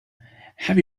have